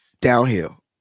downhill